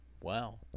Wow